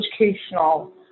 educational